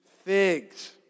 figs